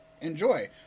enjoy